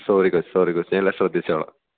sorry coach sorry coach ഞാൻ എല്ലാം ശ്രദ്ധിച്ചോളാം